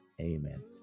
amen